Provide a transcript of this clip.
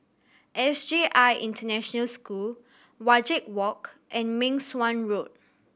S J I International School Wajek Walk and Meng Suan Road